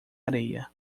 areia